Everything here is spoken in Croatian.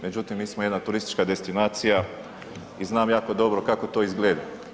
Međutim, mi smo jedna turistička destinacija i znam jako dobro kako to izgleda.